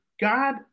God